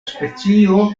specio